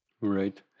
Right